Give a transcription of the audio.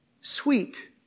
sweet